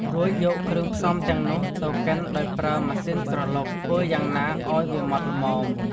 រួចយកគ្រឿងផ្សំទាំងនោះទៅកិនដោយប្រើ ម៉ាស៊ីនក្រឡុក ធ្វើយ៉ាងណាឱ្យវាម៉ដ្ឋល្មម។